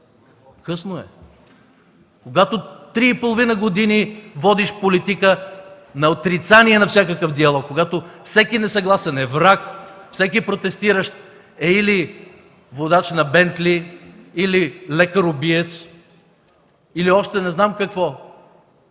Късно е! Когато три и половина години водиш политика на отрицание на всякакъв диалог, когато всеки несъгласен е враг, всеки протестиращ е или водач на „Бентли”, или лекар-убиец, или още не знам какво,